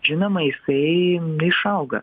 žinoma jisai išauga